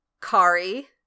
Kari